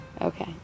Okay